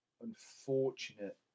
unfortunate